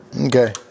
Okay